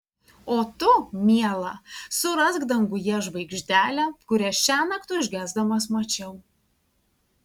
o tu miela surask danguje žvaigždelę kurią šiąnakt užgesdamas mačiau